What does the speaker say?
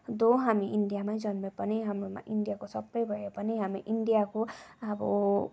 दो हामी इन्डियामा जन्मे पनि हाम्रोमा इन्डियाको सब भए पनि हामी इन्डियाको अब